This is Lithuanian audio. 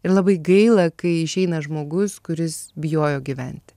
ir labai gaila kai išeina žmogus kuris bijojo gyvent